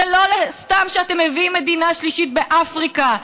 זה לא סתם שאתם מביאים מדינה שלישית באפריקה,